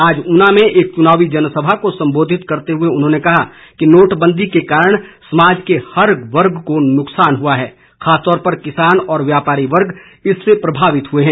आज ऊना में एक चुनाव जनसभा को सम्बोधित करते हुए उन्होंने कहा कि नोटबंदी के कारण समाज के हर वर्ग को नुकसान हुआ है खासतौर पर किसान और व्यापारी वर्ग इससे प्रभावित हुए हैं